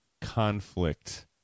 conflict